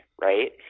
right